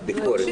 לביקורת.